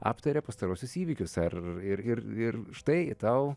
aptaria pastaruosius įvykius ar ir ir ir štai tau